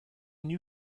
new